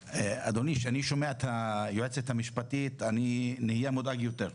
כשאני שומע את היועצת המשפטית אני נהיה מודאג יותר.